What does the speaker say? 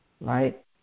right